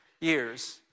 years